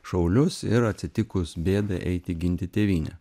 šaulius ir atsitikus bėdai eiti ginti tėvynę